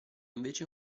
invece